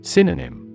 Synonym